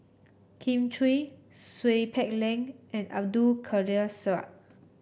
Kin Chui Seow Peck Leng and Abdul Kadir Syed